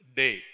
day